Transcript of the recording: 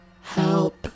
Help